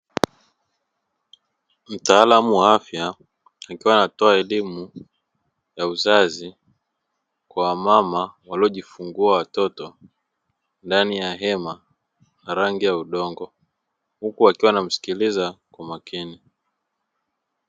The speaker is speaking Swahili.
Mtaalamu wa afya akiwa anatoa elimu ya uzazi kwa wamama waliojifungua watoto ndani ya hema la rangi ya udongo huku wakiwa wanamsikiliza kwa makini.